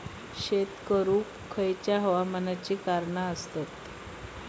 शेत करुक खयच्या हवामानाची कारणा आसत?